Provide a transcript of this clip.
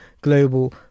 global